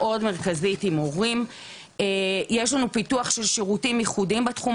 לנו מנהלים יישוביים וצוותים בכל הארץ.